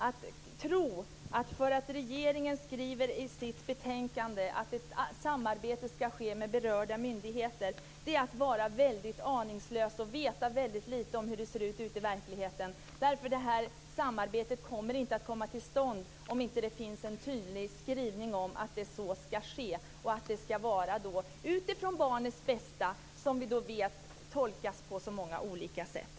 Att tro att, som regeringen säger i sin skrivning, att ett samarbete ska ske med berörda myndigheter är att vara väldigt aningslös och att veta mycket lite om hur det ser ut i verkligheten. Det här samarbetet kommer inte till stånd om det inte finns en tydlig skrivning om att så ska ske och om att det ska vara utifrån barnets bästa - något som vi ju vet tolkas på många olika sätt.